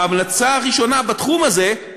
ההמלצה הראשונה בתחום הזה היא